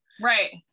right